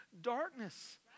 darkness